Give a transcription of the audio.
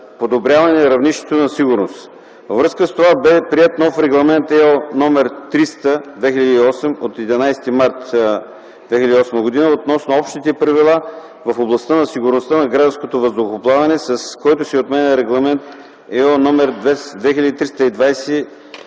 подобряване равнищата на сигурност. Във връзка с това бе приет нов Регламент (ЕО) № 300/2008 от 11 март 2008 г. относно общите правила в областта на сигурността на гражданското въздухоплаване, с който се отменя Регламент (ЕО) №